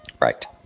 right